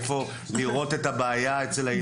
איפה לראות את הבעיה אצל הילדים?